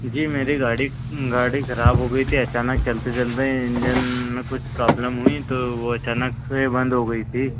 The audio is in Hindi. जी मेरी गाड़ी गाड़ी ख़राब हो गई थी अचानक चलते चलते इंजन में कुछ प्रॉब्लम हुई तो वह अचानक से बंद हो गई थी